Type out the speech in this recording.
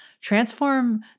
transform